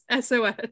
sos